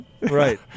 Right